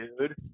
dude